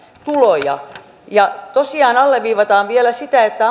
tuloja tosiaan alleviivataan vielä sitä että